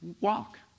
walk